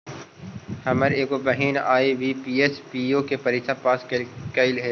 हमर एगो बहिन आई.बी.पी.एस, पी.ओ के परीक्षा पास कयलइ हे